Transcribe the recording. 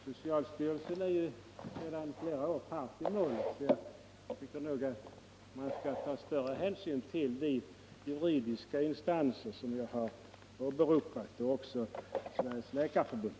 Socialstyrelsen är emellertid sedan flera år part i målet. Jag tycker därför att man skall ta större hänsyn till de juridiska instanser som jag har åberopat och till Sveriges läkarförbund.